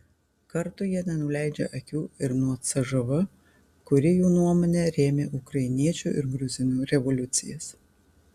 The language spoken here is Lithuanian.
kartu jie nenuleidžia akių ir nuo cžv kuri jų nuomone rėmė ukrainiečių ir gruzinų revoliucijas